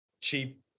cheap